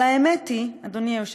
אבל האמת היא, אדוני היושב-ראש,